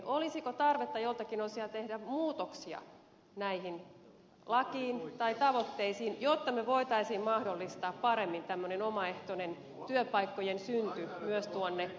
olisiko tarvetta joiltakin osin tehdä muutoksia tähän lakiin tai näihin tavoitteisiin jotta me voisimme mahdollistaa paremmin tämmöisen omaehtoisen työpaikkojen synnyn myös tuonne maakuntiin